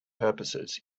purposes